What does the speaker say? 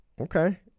Okay